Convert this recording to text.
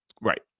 right